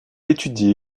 étudie